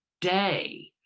day